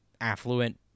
affluent